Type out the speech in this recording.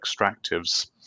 extractives